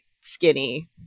skinny